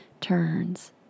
turns